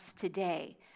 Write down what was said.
today